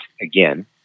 again